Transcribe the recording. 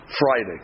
Friday